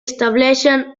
establixen